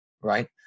right